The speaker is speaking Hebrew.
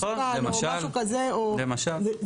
נכון, למשל.